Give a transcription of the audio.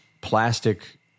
plastic